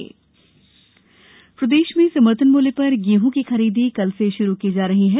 रबी ई उपार्जन प्रदेश में समर्थन मूल्य पर गेहूँ की खरीदी कल से शुरू की जा रही है